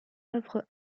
œuvre